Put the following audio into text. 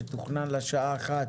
שתוכנן לשעה 13:00,